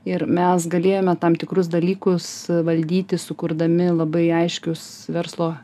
ir mes galėjome tam tikrus dalykus valdyti sukurdami labai aiškius verslo